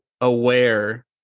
aware